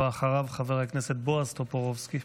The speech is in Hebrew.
אחריו, חבר הכנסת בועז טופורובסקי.